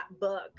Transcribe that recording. book